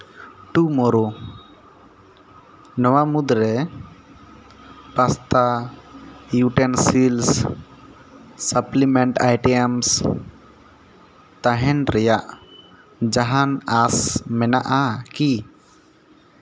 ᱴᱩᱢᱚᱨᱳ ᱱᱚᱣᱟ ᱢᱩᱫᱽᱨᱮ ᱯᱟᱥᱛᱟ ᱤᱭᱩᱴᱮᱱᱥᱤᱞ ᱥᱟᱯᱞᱤᱢᱮᱱᱴ ᱟᱭᱴᱮᱢᱥ ᱛᱟᱦᱮᱱ ᱨᱮᱭᱟᱜ ᱡᱟᱦᱟᱱ ᱟᱥ ᱢᱮᱱᱟᱜᱼᱟ ᱠᱤ